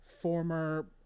Former